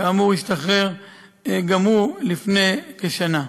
כאמור, השתחרר גם הוא לפני כשנה.